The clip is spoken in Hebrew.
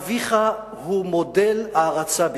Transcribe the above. שאביך הוא מודל הערצה בשבילי.